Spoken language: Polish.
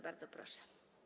Bardzo proszę.